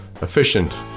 efficient